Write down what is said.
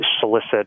solicit